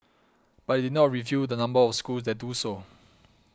but it did not reveal the number of schools that do so